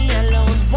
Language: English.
alone